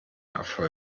erfolg